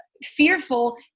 fearful